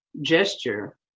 gesture